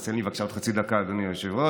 תיתן לי בבקשה עוד חצי דקה, אדוני היושב-ראש.